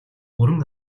бүрэн